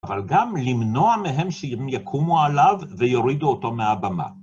אבל גם למנוע מהם שיקומו עליו וירידו אותו מהבמה.